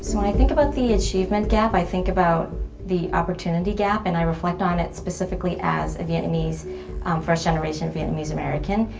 so when i think of the achievement gap, i think about the opportunity gap. and i reflect on it specifically as a vietnamese first generation vietnamese-american